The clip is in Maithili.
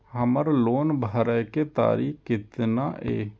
हमर लोन भरे के तारीख केतना ये?